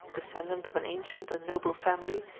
descendant of an ancient and noble family,